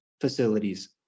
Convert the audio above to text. facilities